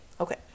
okay